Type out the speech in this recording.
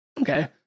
Okay